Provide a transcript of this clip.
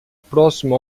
próximo